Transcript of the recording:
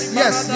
yes